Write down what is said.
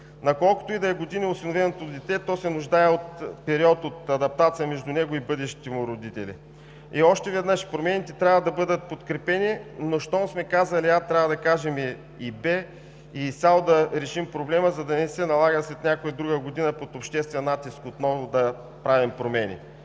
На колкото и години да е осиновеното дете, то се нуждае от период на адаптация между него и бъдещите му родители. И още веднъж – промените трябва да бъдат подкрепени, но щом сме казали „а“, трябва да кажем и „б“ с цел да решим проблема, за да не се налага след някоя и друга година под обществен натиск отново да правим промени.